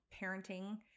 parenting